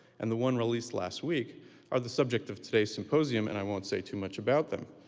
and the one released last week are the subject of today's symposium, and i won't say too much about them.